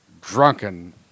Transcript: drunken